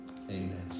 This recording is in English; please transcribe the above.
Amen